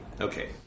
Okay